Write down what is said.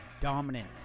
dominant